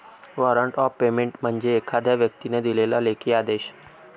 warrant of payment म्हणजे एखाद्या व्यक्तीने दिलेला लेखी आदेश